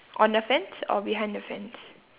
on the fence or behind the fence